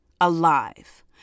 alive